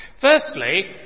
Firstly